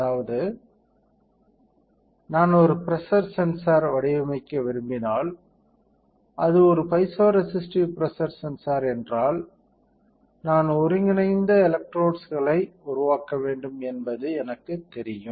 அதாவது நான் ஒரு பிரஷர் சென்சார் வடிவமைக்க விரும்பினால் அது ஒரு பைசோரெசிடிவ் பிரஷர் சென்சார் என்றால் நான் ஒருங்கிணைந்த எலெக்ட்ரோட்ஸ்களை உருவாக்க வேண்டும் என்பது எனக்குத் தெரியும்